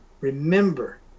Remember